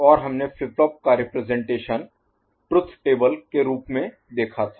और हमने flip flop का रिप्रजेंटेशन ट्रुथ टेबल के रूप में देखा था